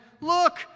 Look